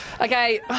Okay